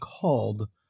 called